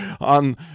on